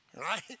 right